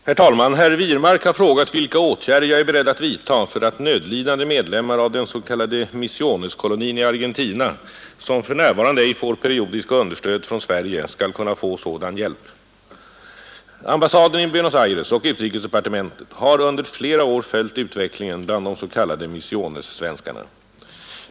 Herr talman! Herr Wirmark har frågat vilka åtgärder jag är beredd att vidtaga för att nödlidande medlemmar av den s.k. Misiones-kolonin i Argentina, som för närvarande ej får periodiska understöd från Sverige, skall kunna få sådan hjälp. Ambassaden i Buenos Aires och utrikesdepartementet har under flera år följt utvecklingen bland de s.k. Misiones-svenskarna.